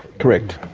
correct.